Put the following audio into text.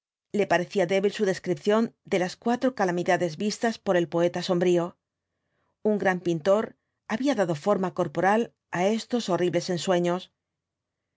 le parecía débil su descripción de las cuatro calamidades vistas por el poeta sombrío un gran pintor había dado forma corporal á estos terribles ensueños